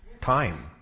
time